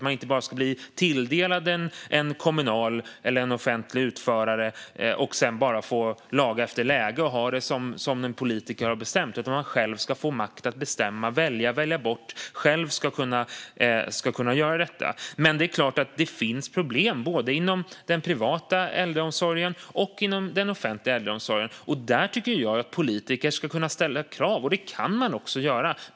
Man ska inte bli tilldelad en kommunal eller offentlig utförare och sedan bara få laga efter läge och ha det som en politiker har bestämt, utan man ska själv få makt att bestämma och att välja och välja bort. Man ska själv kunna göra detta. Det är klart att det finns problem inom både den privata och den offentliga äldreomsorgen. Där tycker jag att politiker ska kunna ställa krav, och det kan man också göra.